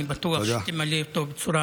אני בטוח שתמלא אותו בצורה